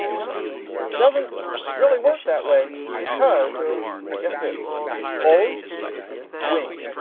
yeah doesn't really work that way because get this, it's all wing.